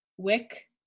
Wick